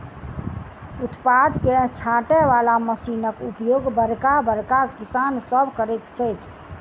उत्पाद के छाँटय बला मशीनक उपयोग बड़का बड़का किसान सभ करैत छथि